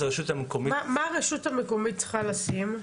מה הרשות המקומית צריכה לשים?